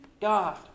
God